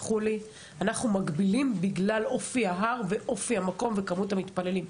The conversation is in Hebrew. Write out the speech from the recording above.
אנחנו מגבילים בגלל אופי ההר ואופי המקום וכמות המתפללים,